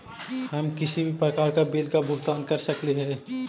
हम किसी भी प्रकार का बिल का भुगतान कर सकली हे?